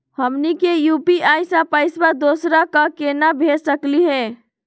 हमनी के यू.पी.आई स पैसवा दोसरा क केना भेज सकली हे?